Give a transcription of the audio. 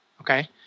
Okay